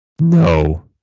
No